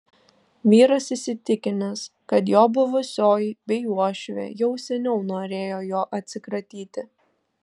vyras įsitikinęs kad jo buvusioji bei uošvė jau seniau norėjo jo atsikratyti